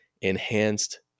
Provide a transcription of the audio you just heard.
enhanced